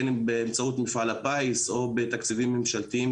בין אם באמצעות מפעל הפיס או בתקציבים ממשלתיים,